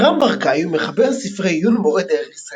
אבירם ברקאי הוא מחבר ספרי עיון ומורה דרך ישראלי.